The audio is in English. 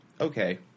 okay